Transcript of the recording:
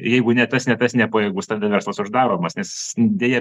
jeigu ne tas ne tas nepajėgus tada verslas uždaromas nes deja